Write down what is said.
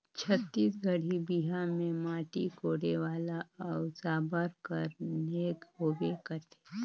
छत्तीसगढ़ी बिहा मे माटी कोड़े वाला अउ साबर कर नेग होबे करथे